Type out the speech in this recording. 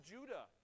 Judah